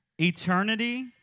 Eternity